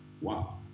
Wow